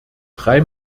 drei